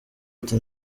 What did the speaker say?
ati